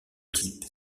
type